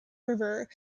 river